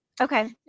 okay